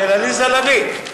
של עליזה לביא.